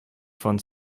von